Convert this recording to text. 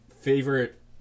favorite